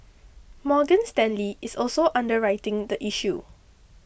Morgan Stanley is also underwriting the issue